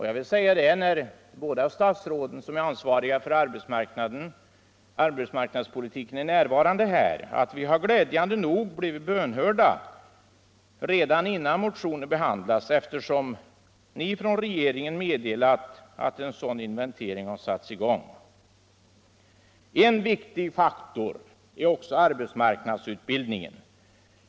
Jag vill säga, nu när båda de statsråd som är ansvariga för arbetsmarknadspolitiken är närvarande, att vi på den senare punkten glädjande nog blivit bönhörda redan innan motionen behandlats, eftersom ni från regeringen meddelat att en sådan inventering har satts i gång. En viktig faktor är också arbetsmarknadsutbildningen.